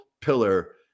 pillar